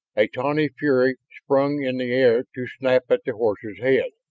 a tawny fury sprang in the air to snap at the horse's head.